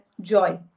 joy